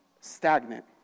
stagnant